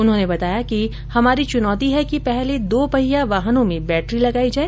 उन्होंने बताया कि हमारी चुनौती है कि पहले दो पहिया वाहनों में बैटरी लगाई जाए